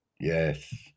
Yes